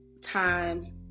time